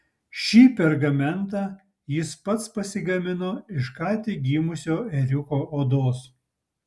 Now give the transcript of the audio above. šį pergamentą jis pats pasigamino iš ką tik gimusio ėriuko odos